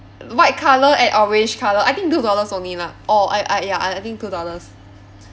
white colour and orange colour I think two dollars only lah orh I I ya I think two dollars